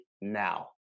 now